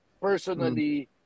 personally